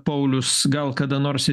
paulius gal kada nors